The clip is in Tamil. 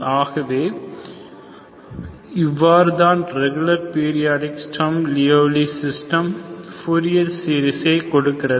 ஆகவே இவ்வாறுதான் ரெகுலர் பீரியாடிக் ஸ்ட்ரம் லியோவ்லி சிஸ்டம் பூரியர் சீரிசை கொடுக்கிறது